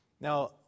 Now